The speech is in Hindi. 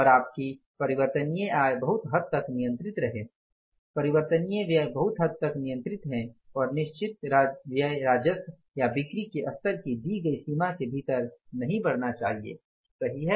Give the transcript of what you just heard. और आपकी परिवर्तनीय आय बहुत हद तक नियंत्रित रहे परिवर्तनीय व्यय बहुत हद तक नियंत्रित है और निश्चित व्यय राजस्व या बिक्री के स्तर की दी गई सीमा के भीतर नहीं बढ़ना चाहिए सही है